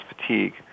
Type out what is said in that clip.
fatigue